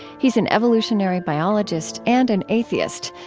he's an evolutionary biologist and an atheist.